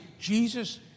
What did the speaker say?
Jesus